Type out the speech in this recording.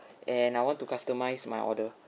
and I want to customize my order